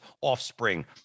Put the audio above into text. offspring